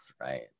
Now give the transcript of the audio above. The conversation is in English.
right